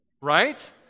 right